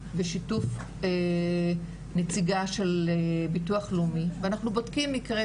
בשיתוף נציגה של ביטוח לאומי ואנחנו בודקים מקרה,